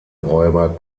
räuber